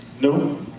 no